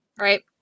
right